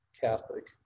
Catholic